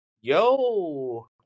Yo